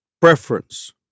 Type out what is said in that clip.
preference